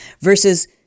versus